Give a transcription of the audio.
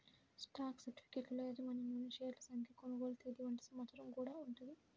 stock సర్టిఫికెట్లలో యాజమాన్యంలోని షేర్ల సంఖ్య, కొనుగోలు తేదీ వంటి సమాచారం గూడా ఉంటది